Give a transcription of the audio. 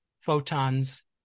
photons